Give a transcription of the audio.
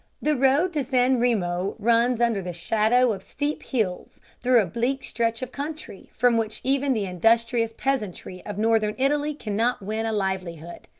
the road to san remo runs under the shadow of steep hills through a bleak stretch of country from which even the industrious peasantry of northern italy cannot win a livelihood.